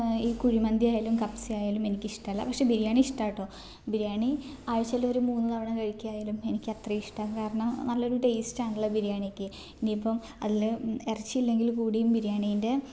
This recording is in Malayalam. ഈ കുഴിമന്തി ആയാലും കബ്സ ആയാലും എനിക്കിഷ്ടമല്ല പക്ഷേ ബിരിയാണി ഇഷ്ടാട്ടൊ ബിരിയാണി ആഴ്ചയിൽ ഒരു മൂന്ന് തവണ കഴിക്കാൻ ആയാലും എനിക്കത്ര ഇഷ്ടമാണ് കാരണം നല്ലൊരു ടേസ്റ്റാണല്ലൊ ബിരിയാണിക്ക് ഇനിയിപ്പം അതിൽ എറച്ചിയില്ലെങ്കിൽ കൂടിയും ബിരിയാണീൻ്റെ